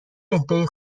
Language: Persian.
اهدای